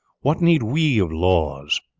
what need we of laws?